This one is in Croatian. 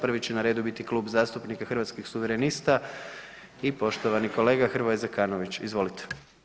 Prvi će na redu biti Klub zastupnika Hrvatskih suverenista i poštovani kolega Hrvoje Zekanović, izvolite.